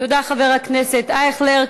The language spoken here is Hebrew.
תודה, חבר הכנסת אייכלר.